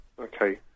Okay